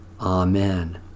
Amen